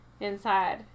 inside